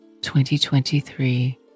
2023